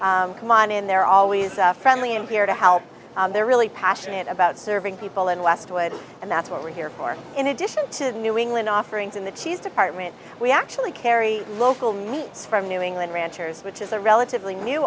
service come on in there always for only i'm here to help they're really passionate about serving people in westwood and that's what we're here for in addition to new england offerings in the cheese department we actually carry local meats from new england ranchers which is a relatively new